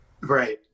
Right